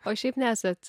o šiaip nesat